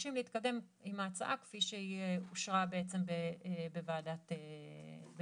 מבקשים להתקדם עם ההצעה כפי שהיא אושרה בעצם בוועדת השרים.